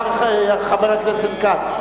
אמר חבר הכנסת כץ.